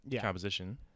composition